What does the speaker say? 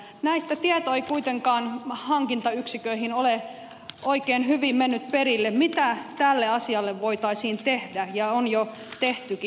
näistä tieto ei kuitenkaan hankintayksiköihin ole oikein hyvin mennyt perille mitä tälle asialle voitaisiin tehdä ja on jo tehtykin